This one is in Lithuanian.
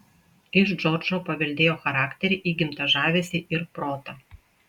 iš džordžo paveldėjo charakterį įgimtą žavesį ir protą